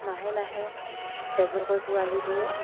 মাহে মাহে এযোৰকৈ পোৱালি দিয়ে